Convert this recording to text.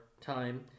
time